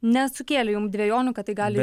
nesukėlė jum dvejonių kad tai gali